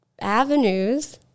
avenues